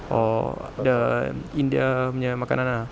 or the india punya makanan ah